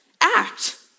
act